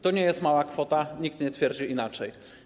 To nie jest mała kwota, nikt nie twierdzi inaczej.